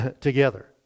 together